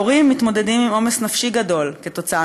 ההורים מתמודדים עם עומס נפשי גדול כתוצאה